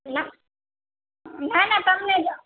ના ના ના તમને જ